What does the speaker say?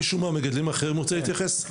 מישהו מהמגדלים האחרים רוצה להתייחס?